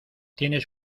tienen